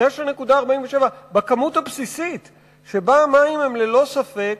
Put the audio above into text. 9.47 שקלים בכמות הבסיסית שבה המים הם ללא ספק